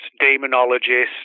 demonologists